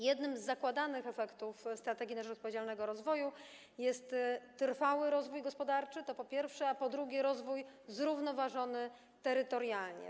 Jednym z zakładanych efektów „Strategii na rzecz odpowiedzialnego rozwoju” jest trwały rozwój gospodarczy, to po pierwsze, a po drugie, rozwój zrównoważony terytorialnie.